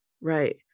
Right